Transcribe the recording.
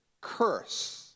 curse